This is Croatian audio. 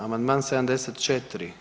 Amandman 74.